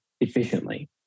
efficiently